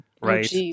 Right